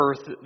earth